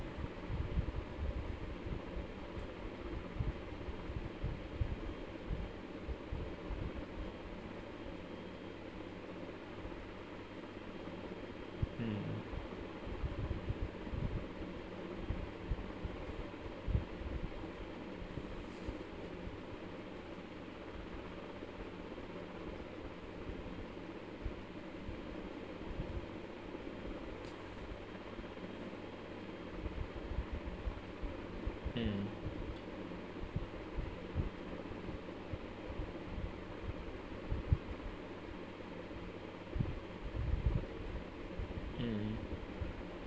mm mm mm